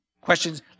questions